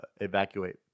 evacuate